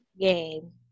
game